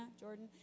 Jordan